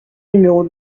numéro